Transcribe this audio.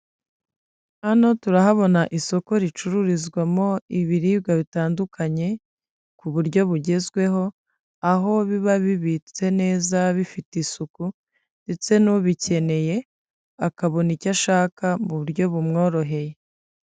Hano turahabona isoko ricururizwamo ibiribwa bitandukanye ku buryo bugezweho, aho biba bibitse neza bifite isuku ndetse n'ubikeneye, akabona icyo ashaka mu buryo bumworoheye.